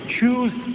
Choose